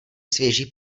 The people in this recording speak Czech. svěží